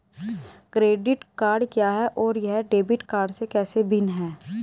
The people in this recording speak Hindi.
क्रेडिट कार्ड क्या है और यह डेबिट कार्ड से कैसे भिन्न है?